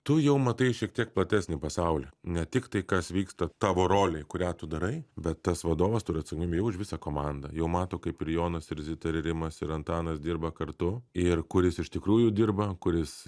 tu jau matai šiek tiek platesnį pasaulį ne tik tai kas vyksta tavo rolėj kurią tu darai bet tas vadovas turi atsakomybę jau už visą komandą jau mato kaip ir jonas ir zita ir rimas ir antanas dirba kartu ir kuris iš tikrųjų dirba kuris